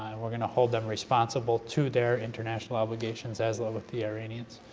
we're going to hold them responsible to their international obligations, as well with the iranians,